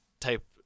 type